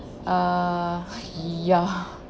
uh ya